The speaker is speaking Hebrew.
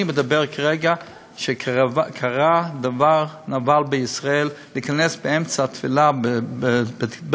אני מדבר כרגע על דבר נבלה שקרה בישראל: להיכנס באמצע התפילה לבית-כנסת,